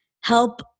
help